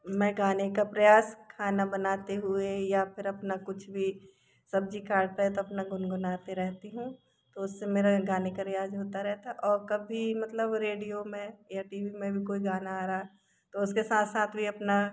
मैं गाने का प्रयास खाना बनाते हुए या फिर अपना कुछ भी सब्जी काट रहे तो अपना गुनगुनाते रहती हूँ तो उससे मेरा गाने का रियाज़ होता रहता है और कभी मतलब रेडियो में या टी वी में भी कोई गाना आ रहा है तो उसके साथ साथ भी अपना